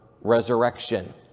Resurrection